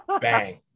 Bang